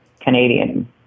Canadian